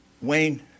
Wayne